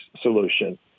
Solution